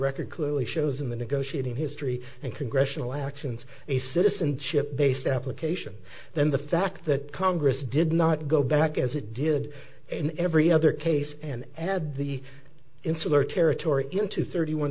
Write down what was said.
record clearly shows in the negotiating history and congressional actions a citizenship based application then the fact that congress did not go back as it did in every other case and had the insular territory into thirty one